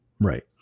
Right